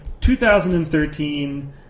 2013